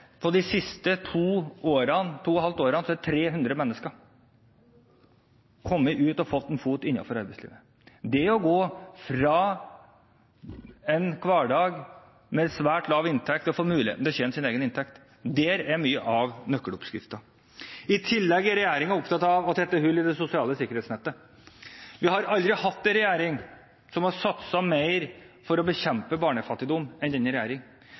på de siste to og et halvt årene har 300 mennesker fått en fot innenfor arbeidslivet. Det å gå fra en hverdag med svært lav inntekt til å få muligheten til å tjene sin egen inntekt er mye av nøkkeloppskriften. I tillegg er regjeringen opptatt av å tette hull i det sosiale sikkerhetsnettet. Vi har aldri hatt en regjering som har satset mer på å bekjempe barnefattigdom enn denne